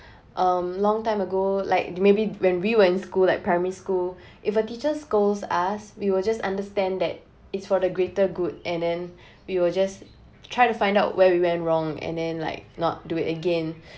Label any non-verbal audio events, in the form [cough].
[breath] um long time ago like maybe when we were in school like primary school [breath] if a teacher scold us we will just understand that it's for the greater good and then [breath] we will just try to find out where we went wrong and then like not do it again [breath]